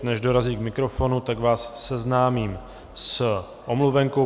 Než dorazí k mikrofonu, tak vás seznámím s omluvenkou.